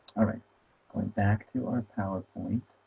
all right going back to our powerpoint